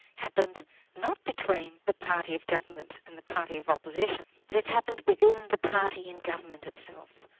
happened not between the party of government and the party of opposition, but it happened within the party in government itself,